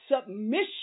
submission